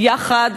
יחד,